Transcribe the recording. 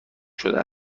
شده